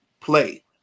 play